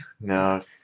No